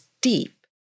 deep